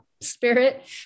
spirit